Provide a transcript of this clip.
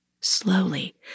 Slowly